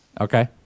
Okay